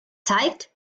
zeigt